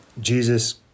Jesus